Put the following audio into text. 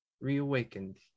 reawakened